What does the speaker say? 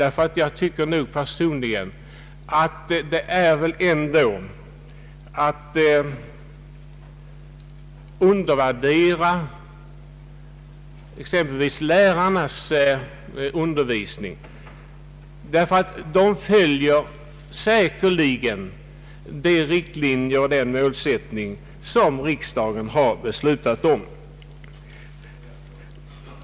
Personligen tycker jag att det innebär en undervärdering av exempelvis lärarnas undervisning. Lärarna följer säkerligen de riktlinjer och den målsättning som riksdagen har beslutat om.